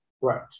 Right